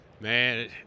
Man